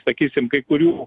sakysim kai kurių